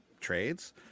trades